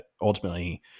ultimately